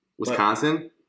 Wisconsin